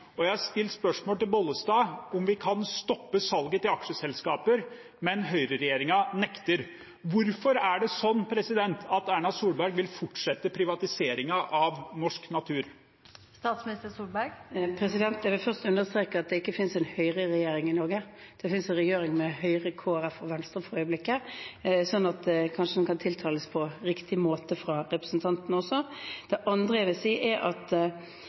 Jeg har stilt spørsmål til Vervik Bollestad om vi kan stoppe salget til aksjeselskaper, men Høyre-regjeringen nekter. Hvorfor vil Erna Solberg fortsette privatiseringen av norsk natur? Jeg vil først understreke at det finnes ikke en Høyre-regjering i Norge, for øyeblikket finnes det en regjering med Høyre, Kristelig Folkeparti og Venstre – slik at den kanskje kan omtales på riktig måte av representanten også. Det andre jeg vil si, er at